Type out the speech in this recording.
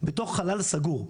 בתוך חלל סגור.